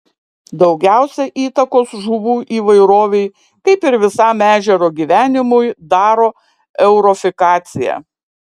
daugiausiai įtakos žuvų įvairovei kaip ir visam ežero gyvenimui daro eutrofikacija